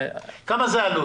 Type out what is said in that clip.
מה העלות?